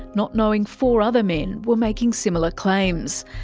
not knowing four other men were making similar claims.